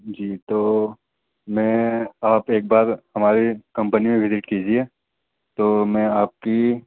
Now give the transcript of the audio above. جی تو میں آپ ایک بار ہماری کمپنی میں وزٹ کیجیے تو میں آپ کی